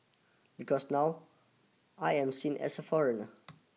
because now I am seen as a foreigner